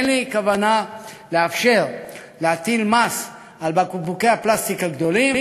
אין לי כוונה לאפשר להטיל מס על בקבוקי הפלסטיק הגדולים.